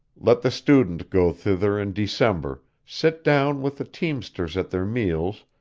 let the student go thither in december, sit down with the teamsters at their meals,